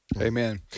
Amen